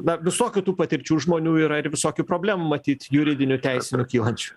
na visokių tų patirčių žmonių yra ir visokių problemų matyt juridinių teisinių kylančių